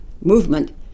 movement